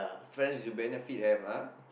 friends with benefit have ah